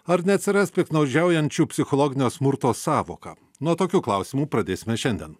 ar neatsiras piktnaudžiaujančių psichologinio smurto sąvoka nuo tokių klausimų pradėsime šiandien